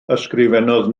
ysgrifennodd